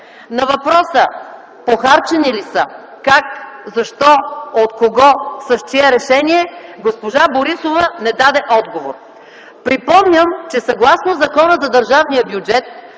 На въпроса: похарчени ли са, как, защо, от кого, с чие решение, госпожа Борисова не даде отговор. Припомням, че съгласно Закона за държавния бюджет